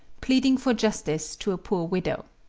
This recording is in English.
pleading for justice to a poor widow.